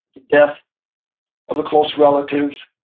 the death of a close relative.